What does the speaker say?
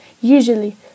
Usually